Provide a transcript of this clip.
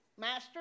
master